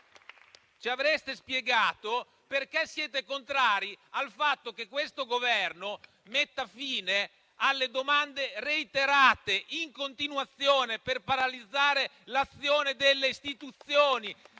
Ci avreste spiegato perché siete contrari al fatto che questo Governo metta fine alle domande reiterate in continuazione per paralizzare l'azione delle istituzioni